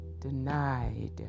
denied